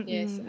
Yes